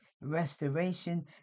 restoration